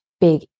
big